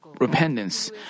repentance